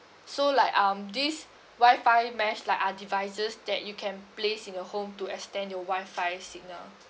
so like um this WI-FI mesh like uh devices that you can place in your home to extend your WI-FI signal